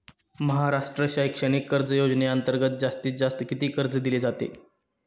महाराष्ट्र शैक्षणिक कर्ज योजनेअंतर्गत जास्तीत जास्त किती कर्ज दिले जाते?